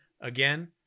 again